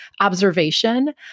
observation